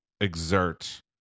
exert